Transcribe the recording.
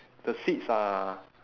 the seats are